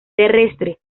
terrestre